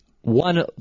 one